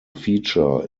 feature